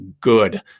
good